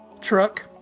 truck